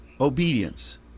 obedience